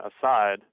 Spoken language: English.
aside